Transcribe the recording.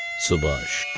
subash.